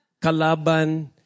kalaban